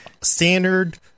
standard